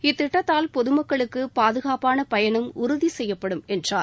இத்திட்டத்தால் பொதுமக்களுக்கு பாதுகாப்பான பயணம் உறுதி செய்யப்படும் என்றார்